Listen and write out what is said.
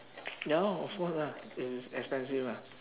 ya lor of course ah it's expensive ah